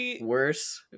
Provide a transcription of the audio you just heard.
worse